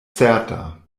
certa